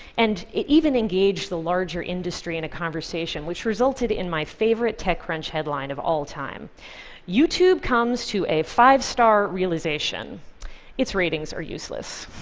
and it even engaged the larger industry in a conversation, which resulted in my favorite techcrunch headline of all time youtube comes to a five star realization its ratings are useless.